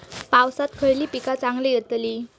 पावसात खयली पीका चांगली येतली?